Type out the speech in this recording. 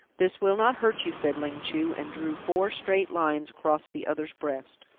this will not hurt you, said ling chu, and drew four straight lines across the other's breast.